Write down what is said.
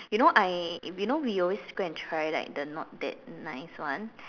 you know I you know always go and try like the not that nice one